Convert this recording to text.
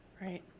Right